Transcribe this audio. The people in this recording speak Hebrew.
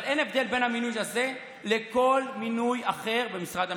אבל אין הבדל בין המינוי הזה לכל מינוי אחר במשרד המשפטים.